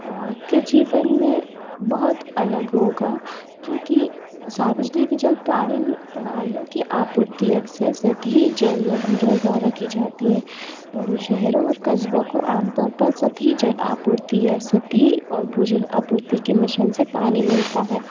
और आप के जीवन में बहुत अलग होगा क्योंकि सार्वजनिक जल प्रणाली प्रणालियों की आपूर्ति अक्सर सभी जल या भुजों द्वारा की जाती है बड़े शहरों और कज़्बों को आमतौर पर सभी जल आपूर्ति या सधी और भुजल आपूर्ति के मिश्रण से पानी मिलता है